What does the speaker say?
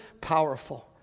powerful